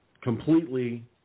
completely